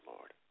Lord